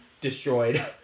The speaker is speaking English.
destroyed